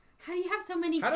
how do you have so many